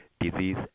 disease